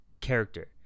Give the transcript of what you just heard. character